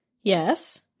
yes